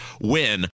win